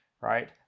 right